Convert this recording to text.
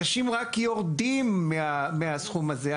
אנשים רק יורדים מהסכום הזה.